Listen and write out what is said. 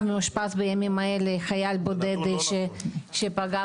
בימים אלה מאושפז חייל בודד שפגע בעצמו.